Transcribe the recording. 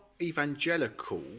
evangelical